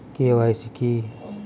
KYC কি?